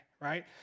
right